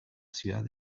ciudad